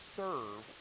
serve